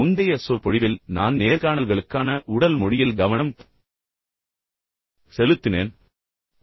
முந்தைய சொற்பொழிவில் நான் நேர்காணல்களுக்கான உடல் மொழியில் கவனம் செலுத்தினேன்